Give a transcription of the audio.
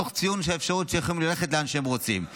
תוך ציון האפשרות שהם יכולים ללכת לאן שהם רוצים.